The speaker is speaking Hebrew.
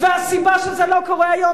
והסיבה שזה לא קורה היום,